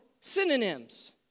synonyms